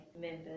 members